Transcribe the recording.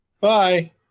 Bye